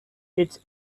its